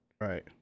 right